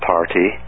Party